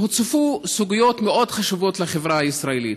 והוצפו סוגיות מאוד חשובות לחברה הישראלית,